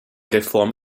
reform